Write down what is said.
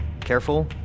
careful